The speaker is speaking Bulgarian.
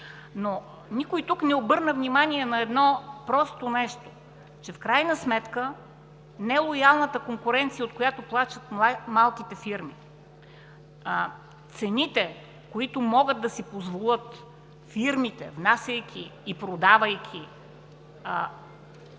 Никой тук не обърна внимание на едно просто нещо – че нелоялната конкуренция, от която плачат малките фирми, цените, които могат да си позволят фирмите, внасяйки и продавайки